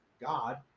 God